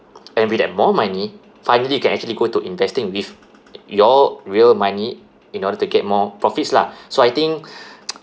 and with that more money finally you can actually go to investing with your real money in order to get more profits lah so I think